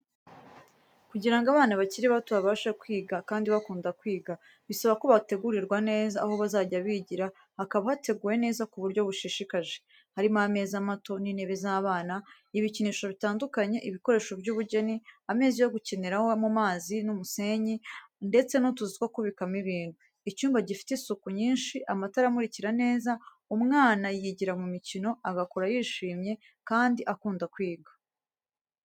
Kugira ngo abana bakiri bato babashe kwiga kandi bakunda kwiga bisaba ko bategurirwa neza aho bazajya bigira hakaba hateguwe neza ku buryo bushishikaje. Harimo ameza mato n’intebe z’abana, ibikinisho bitandukanye, ibikoresho by’ubugeni, ameza yo gukinira mu mazi n’umusenyi, ndetse n’utuzu two kubikamo ibintu. Icyumba gifite isuku nyinshi, amatara amurikira neza, umwana yigira mu mikino, agakura yishimye kandi akunda kwiga.